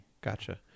Gotcha